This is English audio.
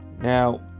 Now